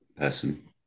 person